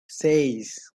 seis